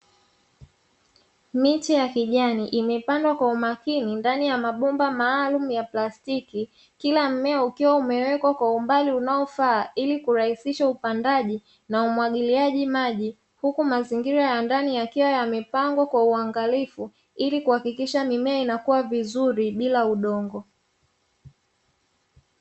Miche ya kijani imepandwa kwa umakini ndani ya mabomba maalumu ya plastiki, kila mmea ukiwa umewekwa kwa umbali unaofaa ili kurahisisha upandaji na umwagiliaji maji, huku mazingira ya ndani yakiwa yamepangwa kwa uangalifu ili kuhakikisha mimea inakuwa vizuri bila udongo.